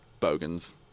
Bogan's